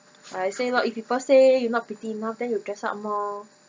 like I say lor if people say you not pretty enough then you dress up more